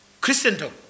Christendom